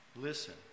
Listen